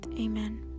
Amen